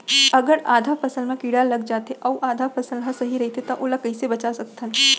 अगर आधा फसल म कीड़ा लग जाथे अऊ आधा फसल ह सही रइथे त ओला कइसे बचा सकथन?